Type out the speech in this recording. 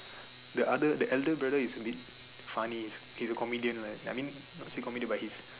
the other the elder is abit funny his a comedian like I mean not say comedian but his